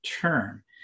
term